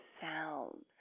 sound